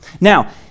Now